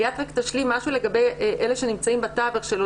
ליאת רק תשלים משהו לגבי אלה שנמצאים בתווך,